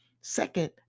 second